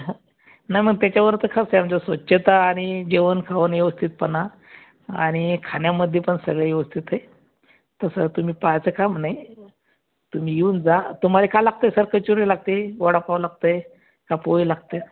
हां नाय मंग त्याच्यावर त खास आमचा स्वच्छता आणि जेवण खावण व्यवस्थितपणा आणि खाण्यामध्ये पण सगळं व्यवस्थित हे तस तुम्ही पाहायचं काम नाही तुम्ही येऊन जा तुम्हाला काय लागत सर कचोरी लागते वडापाव लागत का पोहे लागतं